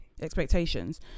expectations